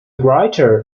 writer